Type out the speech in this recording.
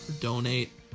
donate